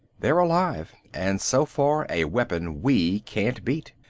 they're alive, and so far, a weapon we can't beat.